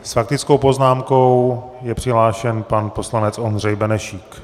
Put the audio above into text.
S faktickou poznámkou je přihlášen pan poslanec Ondřej Benešík.